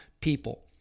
people